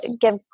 give